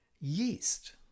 yeast